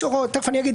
תכף אני אומר.